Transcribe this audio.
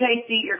tasty